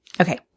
Okay